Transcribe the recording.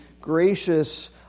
gracious